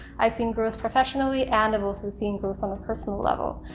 i've seen growth professionally, and i've also seen growth on a personal level,